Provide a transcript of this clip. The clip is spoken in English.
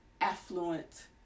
affluent